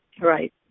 Right